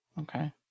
Okay